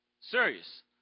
Serious